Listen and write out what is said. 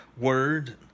word